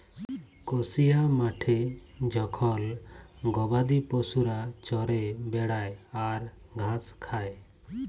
কসিয়া মাঠে জখল গবাদি পশুরা চরে বেড়ায় আর ঘাস খায়